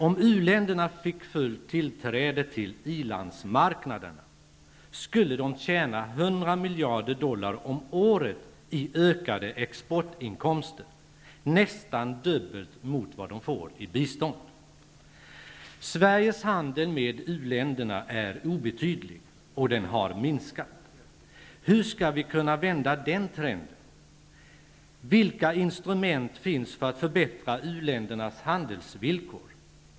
Om u-länderna fick fullt tillträde till i-landsmarknaderna, skulle de tjäna 100 miljarder dollar om året i ökade exportinkomster, nästan dubbelt så mycket som de får i bistånd. Sveriges handel med u-länderna är obetydlig, och den har minskat. Hur skall vi kunna vända trenden? Vilka instrument finns för att förbättra u-ländernas handelsvillkor?